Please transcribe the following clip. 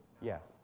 Yes